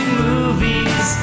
movies